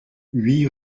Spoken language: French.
huit